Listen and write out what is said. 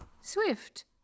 Swift